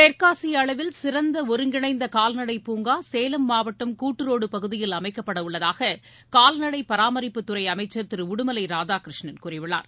தெற்காசிய அளவில் சிறந்த ஒருங்கிணைந்த கால்நடைப்பூங்கா சேலம் மாவட்டம் கூட்டுரோடு பகுதியில் அமைக்கப்படவுள்ளதாக கால்நடை பராமரிப்புத்துறை அமைச்சர் திரு உடுமலை ராதாகிருஷ்ணன் கூறியுள்ளார்